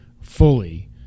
fully